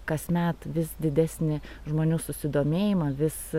kasmet vis didesnį žmonių susidomėjimą vis